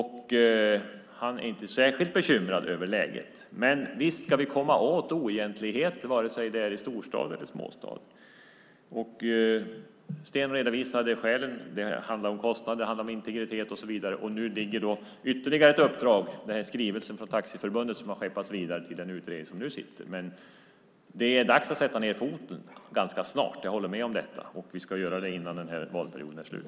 Han är inte särskilt bekymrad över läget. Men visst ska vi komma åt oegentligheter vare sig det är i storstad eller småstad. Sten redovisade skälen. Det handlar om kostnad, integritet och så vidare. Och nu ligger ytterligare ett uppdrag, genom den skrivelse från Taxiförbundet som har skeppats vidare till den utredning som nu sitter. Det är dags att sätta ned foten ganska snart - jag håller med om detta - och vi ska göra det innan den här valperioden är slut.